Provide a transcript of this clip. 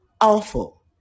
awful